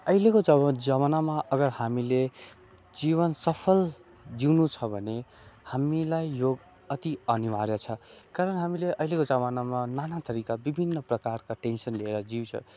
अहिलेको जमा जमानामा अगर हामीले जीवन सफल जिउनु छ भने हामीलाई योग अति अनिवार्य छ कारण हामीले अहिलेको जमानामा नाना थरिका विभिन्न प्रकारका टेन्सन लिएर जिउँछ